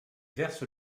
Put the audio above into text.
verse